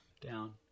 Down